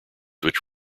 which